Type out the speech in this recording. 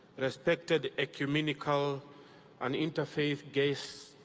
respected ecumenical and interfaith guests,